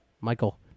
Michael